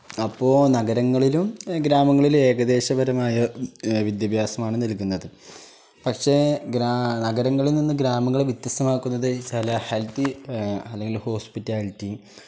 അപ്പോൾ നഗരങ്ങളിലും ഗ്രാമങ്ങളിലും ഏകദേശപരമായ വിദ്യാഭ്യാസമാണ് നൽകുന്നത് പക്ഷേ ഗ്ര നഗരങ്ങളിൽ നിന്ന് ഗ്രാമങ്ങളെ വ്യത്യസ്തമാക്കുന്നത് എന്ന് വെച്ചാൽ ഹെൽത്തി അല്ലെങ്കിൽ ഹോസ്പിറ്റാലിറ്റി